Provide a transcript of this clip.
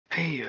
Hey